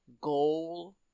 goal